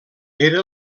era